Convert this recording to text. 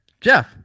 Jeff